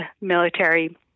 military